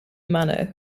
manor